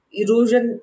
erosion